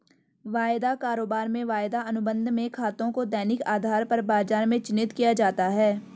वायदा कारोबार में वायदा अनुबंध में खातों को दैनिक आधार पर बाजार में चिन्हित किया जाता है